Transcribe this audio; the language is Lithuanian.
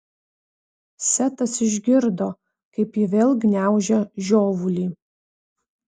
setas išgirdo kaip ji vėl gniaužia žiovulį